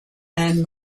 and